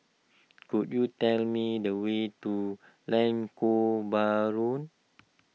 could you tell me the way to Lengkok Bahru